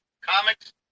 comics